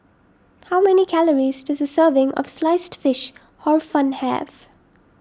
how many calories does a serving of Sliced Fish Hor Fun have